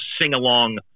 sing-along